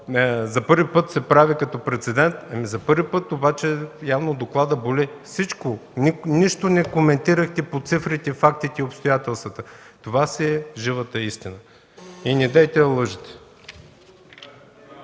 за първи път се прави като прецедент. За първи път обаче явно докладът боли. Нищо не коментирахте по цифрите, фактите и обстоятелствата. Това си е живата истина. И недейте да лъжете.